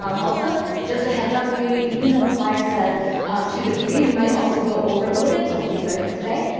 um also just a heads up even though the flyer said two to three, we might also go over a little bit until three thirty today.